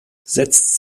setzt